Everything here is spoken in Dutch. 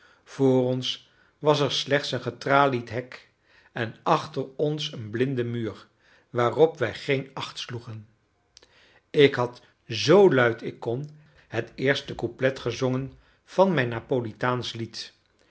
vr ons was er slechts een getralied hek en achter ons een blinde muur waarop wij geen acht sloegen ik had zoo luid ik kon het eerste couplet gezongen van mijn napolitaansch lied